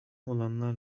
olanlar